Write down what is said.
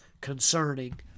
concerning